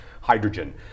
hydrogen